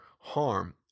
harm